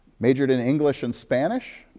majored in english and spanish,